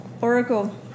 Oracle